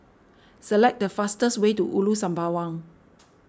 select the fastest way to Ulu Sembawang